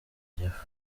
gifu